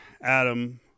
Adam